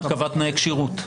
קבעה תנאי כשירות.